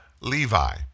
Levi